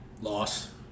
Loss